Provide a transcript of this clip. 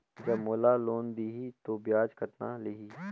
जब मोला लोन देही तो ब्याज कतना लेही?